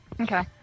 Okay